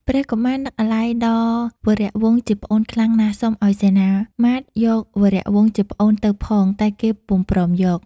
ព្រះកុមារ នឹកអាល័យដល់វរវង្សជាប្អូនខ្លាំងណាស់ សុំឲ្យសេនាមាត្យយកវរវង្សជាប្អូនទៅផង តែគេពុំព្រមយក។